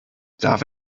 darf